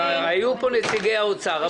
היו פה נציגי האוצר.